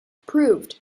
proved